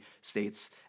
states